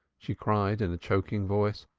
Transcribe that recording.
she cried in a choking voice.